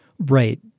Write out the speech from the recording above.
Right